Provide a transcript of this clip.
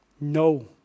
no